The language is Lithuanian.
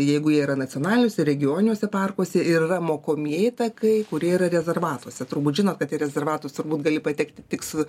jeigu jie yra nacionaliniuose regioniuose parkuose ir yra mokomieji takai kurie yra rezervatuose turbūt žinot kad į rezervatus turbūt gali patekti tik su